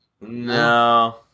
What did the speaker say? No